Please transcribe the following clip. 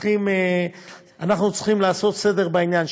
צריכים לעשות סדר בעניין,